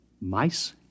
Mice